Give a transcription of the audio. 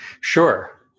Sure